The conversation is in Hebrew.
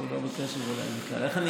היא לא בקשב אליי בכלל,